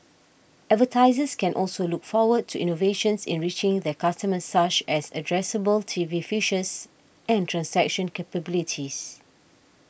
advertisers can also look forward to innovations in reaching their customers such as addressable T V features and transaction capabilities